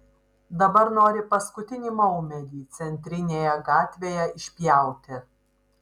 dabar nori paskutinį maumedį centrinėje gatvėje išpjauti